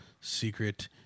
secret